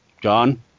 John